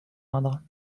indre